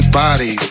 body